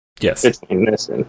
Yes